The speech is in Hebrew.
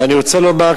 ואני רוצה לומר,